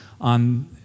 on